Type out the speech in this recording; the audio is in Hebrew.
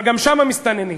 אבל שם גם המסתננים.